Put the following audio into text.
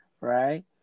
right